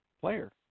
player